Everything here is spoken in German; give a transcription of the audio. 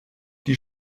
die